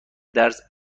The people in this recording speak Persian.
درس